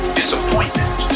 disappointment